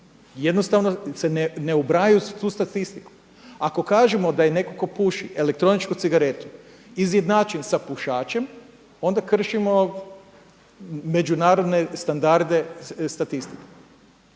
jednostavno se ne ubrajaju u tu statistiku. Ako kažemo da neko ko puši elektroničku cigaretu izjednačen sa pušačem, onda kršimo međunarodne standarde statistike.